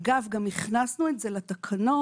אגב, גם הכנסנו את זה לתקנות